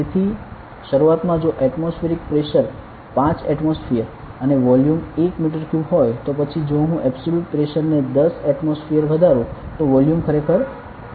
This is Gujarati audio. તેથી શરૂઆતમાં જો એટમોસફીયરીક પ્રેશર 5 એટમોસફીયર અને વોલ્યુમ 1 મીટર ક્યુબ હોય તો પછી જો હું એબ્સોલ્યુટ પ્રેશર ને 10 એટમોસ્ફિયર વધારું તો વોલ્યુમ ખરેખર 0